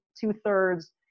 two-thirds